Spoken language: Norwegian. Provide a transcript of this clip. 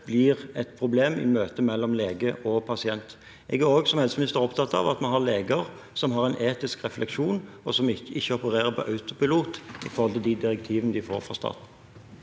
blir et problem i møte mellom lege og pasient. Jeg er også som helseminister opptatt av at vi har leger som har en etisk refleksjon, og som ikke opererer på autopilot i forhold til de direktivene de får fra staten.